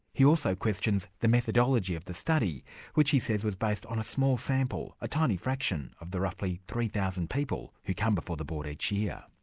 he also questions the methodology of the study, which he says was based on a small sample, a tiny fraction of the roughly three thousand people who come before the board each year.